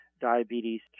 diabetes